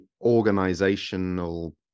organizational